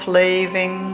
leaving